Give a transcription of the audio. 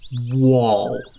wall